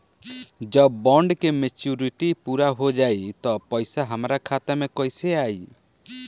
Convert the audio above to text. जब बॉन्ड के मेचूरिटि पूरा हो जायी त पईसा हमरा खाता मे कैसे आई?